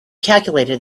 calculated